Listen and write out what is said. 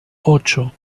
ocho